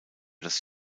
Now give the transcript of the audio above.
das